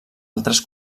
altres